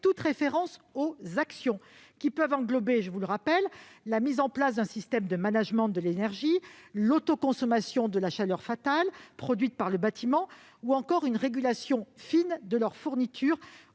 toute référence aux actions, qui peuvent englober- je vous le rappelle -la mise en place d'un système de management de l'énergie, l'autoconsommation de la chaleur fatale produite par le bâtiment ou encore une régulation fine de leurs fournitures